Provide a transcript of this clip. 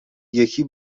یکی